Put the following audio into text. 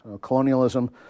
Colonialism